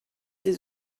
des